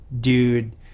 dude